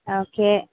okay